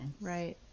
right